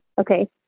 Okay